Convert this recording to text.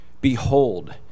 Behold